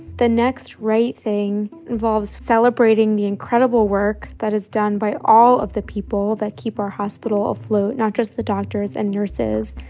the next right thing involves celebrating the incredible work that is done by all of the people that keep our hospital afloat not just the doctors and nurses,